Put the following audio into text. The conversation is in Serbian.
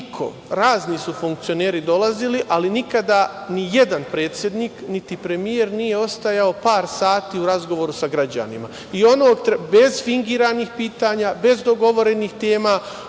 razni su funkcioneri dolazili ali nikada ni jedan predsednik niti premijer nije ostajao par sati u razgovoru sa građanima, bez fingiranih pitanja, bez dogovorenih tema,